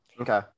Okay